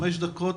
5 דקות,